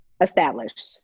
established